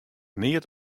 neat